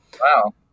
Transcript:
Wow